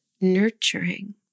nurturing